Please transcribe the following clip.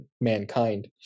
mankind